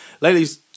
Ladies